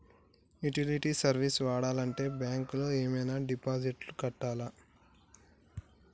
Utility service వాడాలంటే bank లో ఏమైనా డిపాజిట్ కట్టాలా?